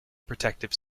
protective